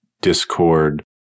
Discord